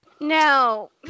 No